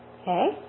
okay